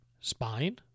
spine